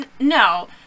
No